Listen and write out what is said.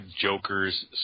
Joker's